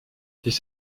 this